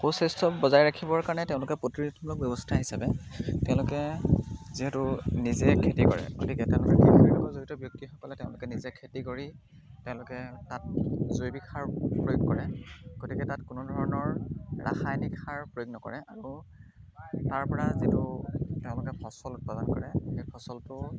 সুস্বাস্থ্য বজাই ৰাখিবৰ কাৰণে তেওঁলোকে প্ৰতিৰোধমূলক ব্যৱস্থা হিচাপে তেওঁলোকে যিহেতু নিজে খেতি কৰে গতিকে তেওঁলোকে খেতিৰ লগত জড়িত ব্যক্তিসকলে তেওঁলোকে নিজে খেতি কৰি তেওঁলোকে তাত জৈৱিক সাৰ প্ৰয়োগ কৰে গতিকে তাত কোনো ধৰণৰ ৰাসায়নিক সাৰ প্ৰয়োগ নকৰে আৰু তাৰ পৰা যিটো তেওঁলোকে ফচল উৎপাদন কৰে সেই ফচলটো